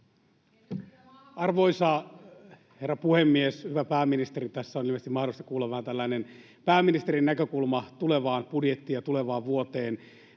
Arvoisa herra puhemies! Hyvä pääministeri, tässä on ilmeisesti mahdollista kuulla vähän tällainen pääministerin näkökulma tulevaan budjettiin ja tulevaan vuoteen.